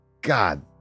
God